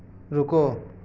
रुको